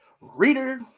reader